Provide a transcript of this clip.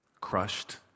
crushed